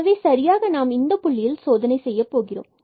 எனவே சரியாக நாம் இந்த புள்ளியில் சோதனை செய்யப் போகிறோம்